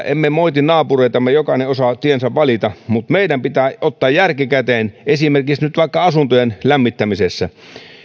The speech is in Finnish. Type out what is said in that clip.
emme moiti naapureitamme jokainen osaa tiensä valita mutta meidän pitää ottaa järki käteen esimerkiksi nyt vaikka asuntojen lämmittämisessä